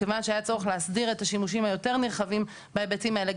מכיוון שהיה צורך להסדיר את השימושים היותר נרחבים בהיבטים האלה,